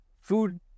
food